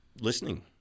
listening